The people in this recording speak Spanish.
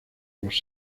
los